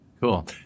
Cool